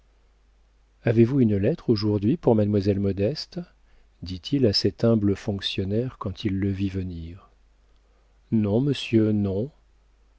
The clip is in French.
avez-vous une lettre aujourd'hui pour mademoiselle modeste dit-il à cet humble fonctionnaire quand il le vit venir non monsieur non